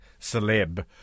celeb